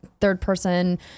third-person